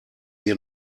wir